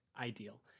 ideal